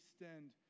extend